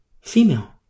Female